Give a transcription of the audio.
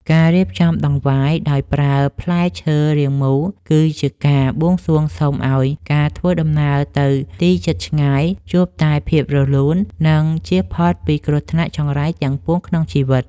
ការរៀបចំដង្វាយដោយប្រើផ្លែឈើរាងមូលគឺជាការបួងសួងសុំឱ្យការធ្វើដំណើរទៅទីជិតឆ្ងាយជួបតែភាពរលូន និង ជៀសផុតពីគ្រោះថ្នាក់ចង្រៃទាំងពួងក្នុងជីវិត។